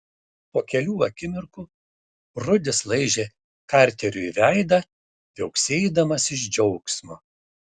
po kelių akimirkų rudis laižė karteriui veidą viauksėdamas iš džiaugsmo